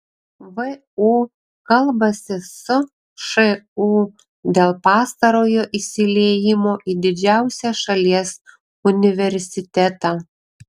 vu kalbasi su šu dėl pastarojo įsiliejimo į didžiausią šalies universitetą